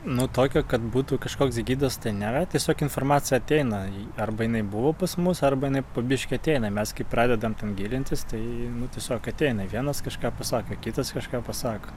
nu tokio kad būtų kažkoks gidas tai nėra tiesiog informacija ateina arba jinai buvo pas mus arba jinai po biškį ateina mes kai pradedam ten gilintis tai tiesiog ateina vienas kažką pasakė kitas kažką pasako